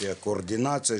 לפי קורדינציה,